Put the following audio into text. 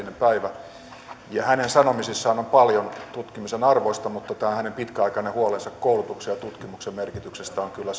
päivä ja hänen sanomisissaan on paljon tutkimisen arvoista mutta tämä hänen pitkäaikainen huolensa koulutuksen ja tutkimuksen merkityksestä on kyllä